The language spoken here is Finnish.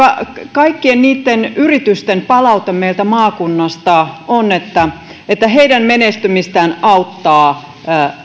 kaikkien niitten yritysten palaute meiltä maakunnasta on että että niiden menestymistä auttavat